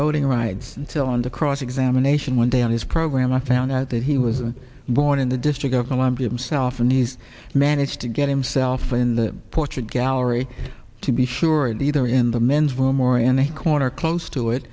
voting rights until under cross examination one day on his program i found out that he was born in the district of columbia themself and he's managed to get himself in the portrait gallery to be sure and either in the men's room or in a corner close to it